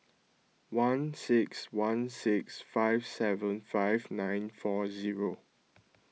one six one six five seven five nine four zero